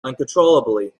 uncontrollably